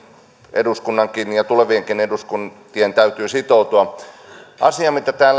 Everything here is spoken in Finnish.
eduskunnan ja tulevienkin eduskuntien täytyy sitoutua asia mitä täällä